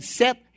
set